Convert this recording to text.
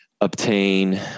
obtain